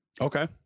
Okay